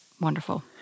wonderful